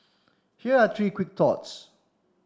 here are three quick thoughts